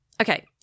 Okay